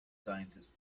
scientist